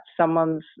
someone's